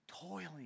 Toiling